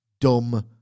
dumb